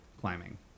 climbing